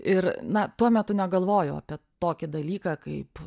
ir na tuo metu negalvojau apie tokį dalyką kaip